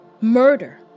murder